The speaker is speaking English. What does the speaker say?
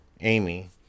Amy